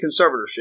conservatorship